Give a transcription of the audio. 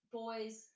boys